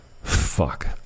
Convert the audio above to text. Fuck